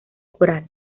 coral